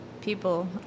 people